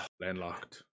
Landlocked